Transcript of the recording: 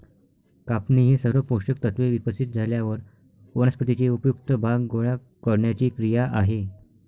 कापणी ही सर्व पोषक तत्त्वे विकसित झाल्यावर वनस्पतीचे उपयुक्त भाग गोळा करण्याची क्रिया आहे